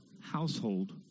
household